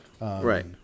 right